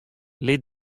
lit